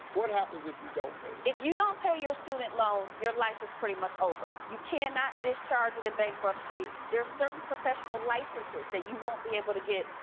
what happens if you don't pay it. if you don't pay your student loan, your life is pretty much over. you can not discharge it in bankruptcy. there's certain professional licenses that you won't be able to get,